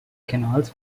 canals